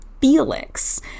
Felix